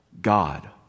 God